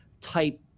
type